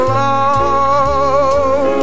love